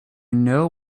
know